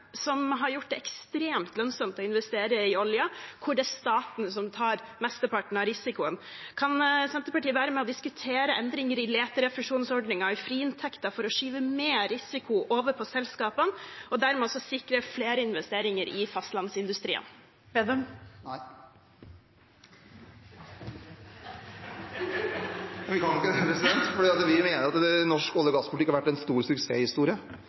som har gjort det ekstremt lønnsomt å investere i olje, hvor det er staten som tar mesteparten av risikoen. Kan Senterpartiet være med og diskutere endringer i leterefusjonsordningen, i friinntekten, for å skyve mer risiko over på selskapene og dermed også sikre flere investeringer i fastlandsindustrien? Nei. Vi kan ikke det, for vi mener at norsk olje- og gasspolitikk har vært en stor suksesshistorie.